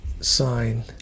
sign